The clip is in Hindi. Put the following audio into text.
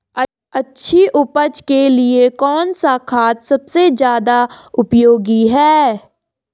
अच्छी उपज के लिए कौन सा खाद सबसे ज़्यादा उपयोगी है?